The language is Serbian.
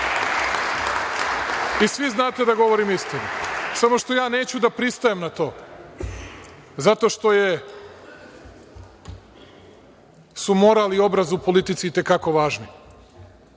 I svi znate da govorim istinu, samo što ja neću da pristajem na to, zato što su moral i obraz u politici itekako važni. Ana,